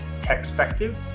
techspective